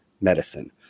medicine